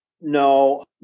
No